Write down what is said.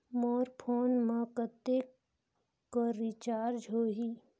मोर phone मा कतेक कर रिचार्ज हो ही?